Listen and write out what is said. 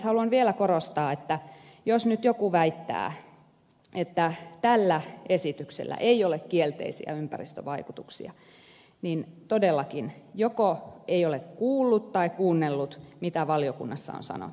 haluan vielä korostaa että jos nyt joku väittää että tällä esityksellä ei ole kielteisiä ympäristövaikutuksia niin todellakin joko hän ei ole kuullut tai kuunnellut mitä valiokunnassa on sanottu